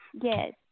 Yes